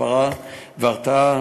הסברה והרתעה,